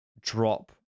drop